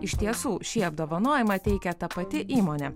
iš tiesų šį apdovanojimą teikia ta pati įmonė